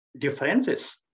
differences